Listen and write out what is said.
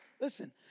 Listen